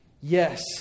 Yes